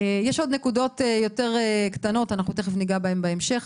עוד נקודות יותר קטנות, תיכף ניגע בהן בהמשך.